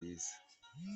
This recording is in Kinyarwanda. byiza